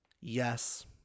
Yes